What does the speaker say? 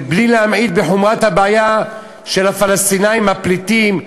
ובלי להמעיט מחומרת הבעיה של הפלסטינים הפליטים,